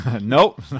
Nope